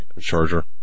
charger